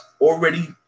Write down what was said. already